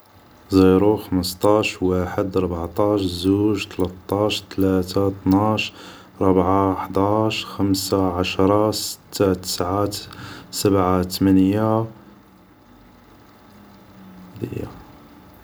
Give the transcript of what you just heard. زيرو خمسطاش واحد ربعطاش زوج طلطاش تلات طناش ربع حداش خمس عشر ست تسع سبع تمني ، هادي هي